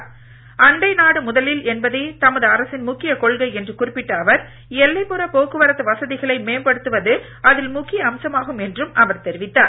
அண்டை நாடு முதலில் என்பதே தமது அரசின் முக்கிய கொள்கை என்று குறிப்பிட்ட அவர் எல்லைப்புற போக்குவரத்து வசதிகளை மேம்படுத்துவதும் அதில் முக்கிய அம்சமாகும் என்றும் அவர் தெரிவித்தார்